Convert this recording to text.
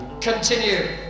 continue